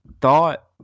thought